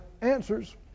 answers